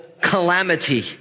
calamity